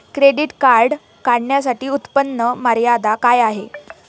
Credit card काढण्यासाठी उत्पन्न मर्यादा काय आहे?